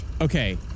Okay